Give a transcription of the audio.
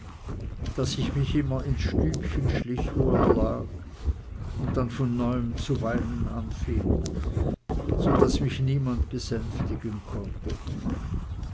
daß ich mich immer ins stübchen schlich wo er lag und dann von neuem zu weinen anfing so daß mich niemand besänftigen konnte